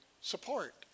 support